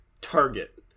target